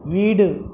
வீடு